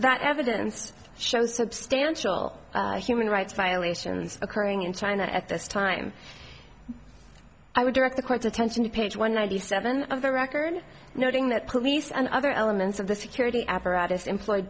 that evidence shows substantial human rights violations occurring in china at this time i would direct the court's attention to page one ninety seven of the record noting that police and other elements of the security apparatus employed